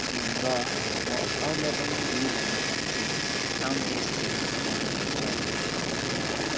र म अरूलाई पनि यही भन्नु चाहन्छु गर्नु पर्छ सुक्रिया